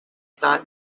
thought